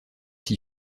s’y